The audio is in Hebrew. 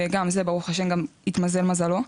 וגם זה, ברוך השם, גם התמזל מזלו.